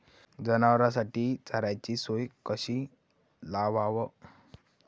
जनावराइसाठी चाऱ्याची सोय कशी लावाव?